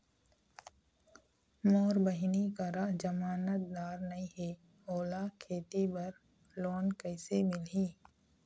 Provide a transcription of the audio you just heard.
मोर बहिनी करा जमानतदार नई हे, ओला खेती बर लोन कइसे मिलही?